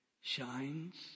shines